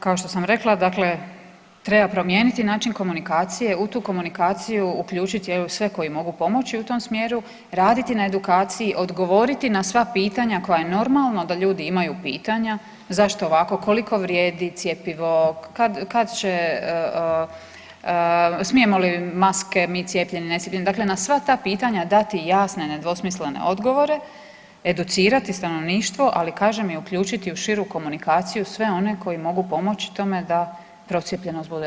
Kao što sam rekla, dakle treba promijeniti način komunikacije, u tu komunikaciju uključiti je li sve koji mogu pomoći u tom smjeru, raditi na edukaciji, odgovoriti na sva pitanja koja je normalno da ljudi imaju pitanja, zašto ovako, koliko vrijedi cjepivo, kad će, smijemo li maske mi cijepljeni, ne cijepljeni, dakle na sva ta pitanja dati jasne i nedvosmislene odgovore, educirati stanovništvo, ali kažem i uključiti u širu komunikaciju sve one koji mogu pomoći tome da procijepljenost bude veća.